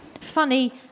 Funny